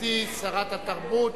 גברתי שרת התרבות